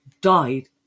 died